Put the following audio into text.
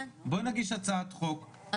בואי נגיש הצעת חוק,